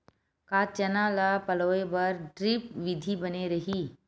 का चना ल पलोय बर ड्रिप विधी बने रही?